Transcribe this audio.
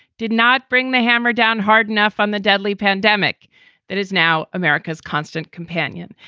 did not bring the hammer down hard enough on the deadly pandemic that is now america's constant companion.